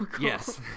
Yes